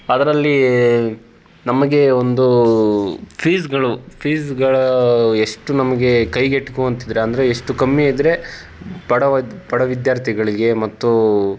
ಅದರಲ್ಲಿ ನಮಗೆ ಒಂದು ಫೀಸುಗಳು ಫೀಸುಗಳು ಎಷ್ಟು ನಮಗೆ ಕೈಗೆಟುಕುವಂತಿದ್ದರೆ ಅಂದರೆ ಎಷ್ಟು ಕಮ್ಮಿ ಇದ್ದರೆ ಬಡವ ಬಡ ವಿದ್ಯಾರ್ಥಿಗಳಿಗೆ ಮತ್ತು